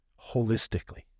holistically